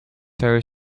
ferry